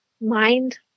mind